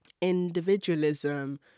individualism